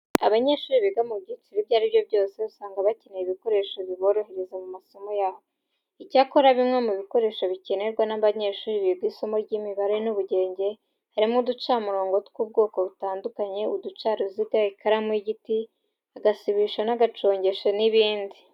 Abanyeshuri biga mu byiciro ibyo ari byo byose usanga bakenera ibikoresho biborohereza mu masomo yabo. Icyakora bimwe mu bikoresho bikenerwa n'abanyeshuri biga isomo ry'imibare n'ubugenge harimo uducamurongo tw'ubwoko butandukanye, uducaruziga, ikaramu y'igiti, agasibisho, agacongesho n'ibindi.